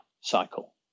cycle